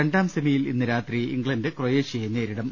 രണ്ടാം സെമിയിൽ ഇന്ന് രാത്രി ഇംഗ്ലണ്ട് ക്രൊയേഷ്യയെ നേരിടും